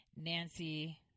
Nancy